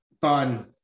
fun